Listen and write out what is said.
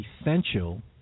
essential